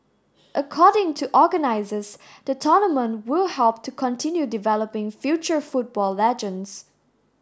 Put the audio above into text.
according to organisers the tournament will help to continue developing future football legends